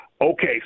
Okay